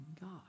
God